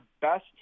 best